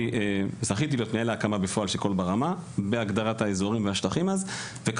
זכיתי לנהל בפועל את ההקמה של קול ברמה והגדרת האזורים והשטחים אז,